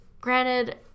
granted